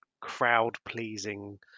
crowd-pleasing